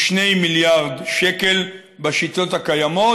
כ-2 מיליארד שקל בשיטות הקיימות.